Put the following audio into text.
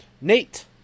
Nate